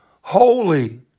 holy